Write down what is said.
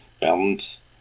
balance